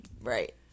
Right